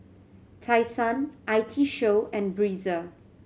Tai Sun I T Show and Breezer